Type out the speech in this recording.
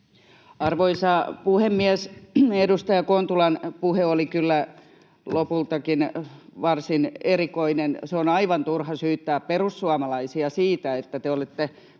Arvoisa puhemies! Edustaja Kontulan puhe oli kyllä lopultakin varsin erikoinen. On aivan turha syyttää perussuomalaisia siitä, että te olette menneet haalimaan